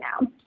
now